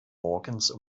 morgens